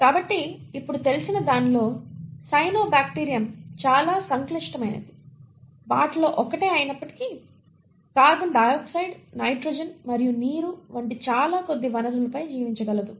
కాబట్టి ఇప్పుడు తెలిసిన దానిలో సైనోబాక్టీరియం చాలా సంక్లిష్టమైన వాటిలో ఒకటి అయినప్పటికీ కార్బన్ డయాక్సైడ్ నైట్రోజన్ మరియు నీరు వంటి చాలా కొద్ది వనరులపై జీవించగలదు